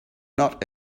not